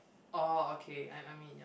orh okay I I mean ya